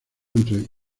entre